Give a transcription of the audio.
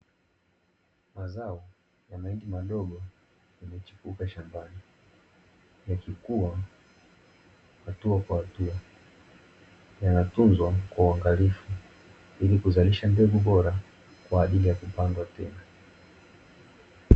Mazao ya mahindi madogo yamechipuka shambani yakikua hatua kwa hatua yanatunzwa kwa uangalifu, Ili kuzalisha mbegu bora kwa ajili ya kupandwa tena.